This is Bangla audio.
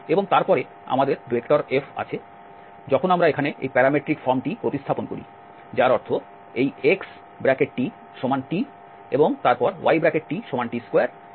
এবং তারপরে আমাদের F আছে যখন আমরা এখানে এই প্যারামেট্রিক ফর্মটি প্রতিস্থাপন করি যার অর্থ এই xtt এবং তারপর ytt2এবং ztt3